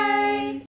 Bye